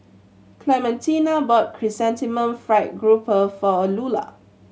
Clementina bought Chrysanthemum Fried Grouper for Lulah